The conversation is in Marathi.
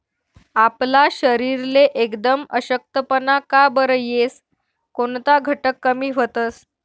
आपला शरीरले एकदम अशक्तपणा का बरं येस? कोनता घटक कमी व्हतंस?